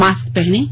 mask पहनें